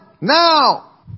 now